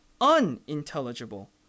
unintelligible